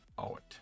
out